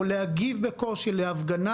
או להגיב בקושי להפגנה.